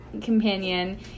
companion